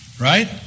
right